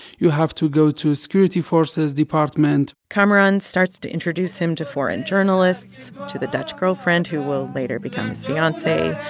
you have to go to security forces department kamaran starts to introduce him to foreign journalists, to the dutch girlfriend who will later become his fiancee.